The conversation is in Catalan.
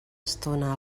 estona